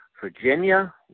Virginia